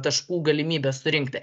taškų galimybė surinkti